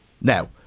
now